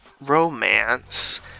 romance